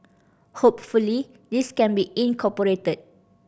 hopefully this can be incorporated